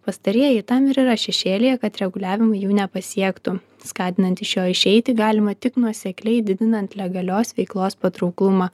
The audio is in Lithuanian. pastarieji tam ir yra šešėlyje kad reguliavimai jų nepasiektų skatinant iš jo išeiti galima tik nuosekliai didinant legalios veiklos patrauklumą